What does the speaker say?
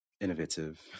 innovative